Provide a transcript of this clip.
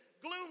Gloom